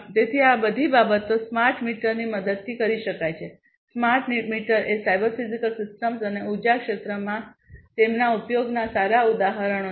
તેથી આ બધી બાબતો સ્માર્ટ મીટરની મદદથી કરી શકાય છે અને સ્માર્ટ મીટર એ સાયબર ફિઝિકલ સિસ્ટમ્સ અને ઉર્જા ક્ષેત્રમાં તેમના ઉપયોગના સારા ઉદાહરણો છે